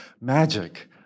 magic